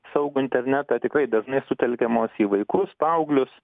saugų internetą tikrai dažnai sutelkiamos į vaikus paauglius